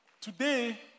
Today